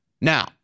Now